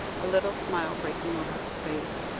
a little smile breaking over her face.